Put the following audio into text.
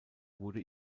wurde